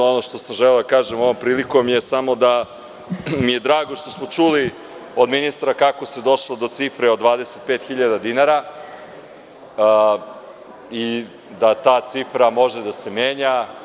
Ono što sam želeo da kažem ovom prilikom je samo da mi je drago što smo čuli od ministra kako se došlo do cifre od 25.000 dinara i da ta cifra može da se menja.